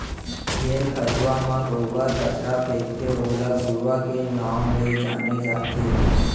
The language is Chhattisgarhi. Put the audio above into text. जेन खंचवा म गोबर कचरा फेकथे ओला घुरूवा के नांव ले जाने जाथे